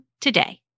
today